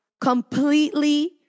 completely